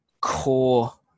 core